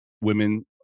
women